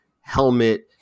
helmet